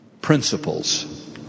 Principles